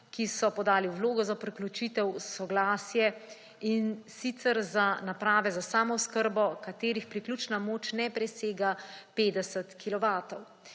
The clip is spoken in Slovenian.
ki so podali vlogo za priključitev soglasje in sicer za naprave za samooskrbo katerih priključna moč ne presega 50